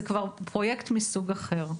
זה כבר פרויקט מסוג אחר.